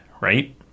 right